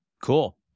Cool